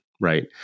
right